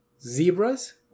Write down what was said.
zebras